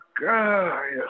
god